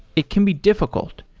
it can be diffi cult,